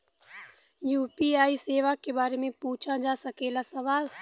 UPI सेवा के बारे में पूछ जा सकेला सवाल?